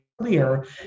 clear